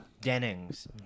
Denning's